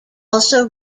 also